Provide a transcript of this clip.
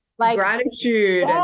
gratitude